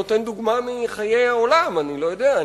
אני נותן דוגמה מחיי העולם, אני לא יודע.